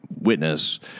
witness